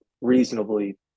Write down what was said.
reasonably